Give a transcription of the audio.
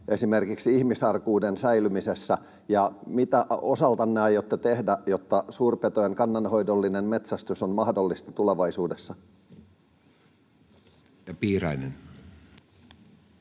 esimerkiksi ihmisarkuuden säilymiseen? Ja mitä osaltanne aiotte tehdä, jotta suurpetojen kannanhoidollinen metsästys on mahdollista tulevaisuudessa? [Speech